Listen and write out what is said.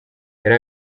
yari